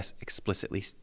explicitly